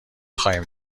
خواهیم